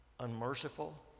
Unmerciful